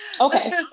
okay